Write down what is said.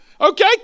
Okay